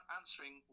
answering